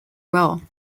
role